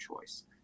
choice